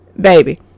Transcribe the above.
Baby